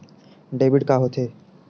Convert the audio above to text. Debit का होथे?